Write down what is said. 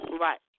Right